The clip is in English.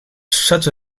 such